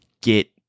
get